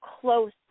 close